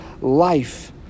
life